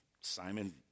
Simon